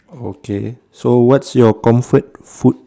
oh okay so what's your comfort food